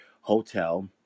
hotel